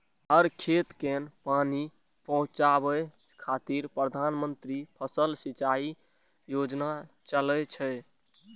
हर खेत कें पानि पहुंचाबै खातिर प्रधानमंत्री फसल सिंचाइ योजना चलै छै